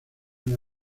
una